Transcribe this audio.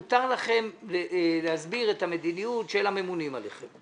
מותר לכם להסביר את המדיניות של הממונים עליכם,